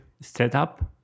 setup